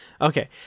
okay